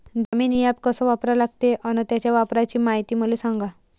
Damini app कस वापरा लागते? अन त्याच्या वापराची मायती मले सांगा